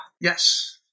yes